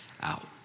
out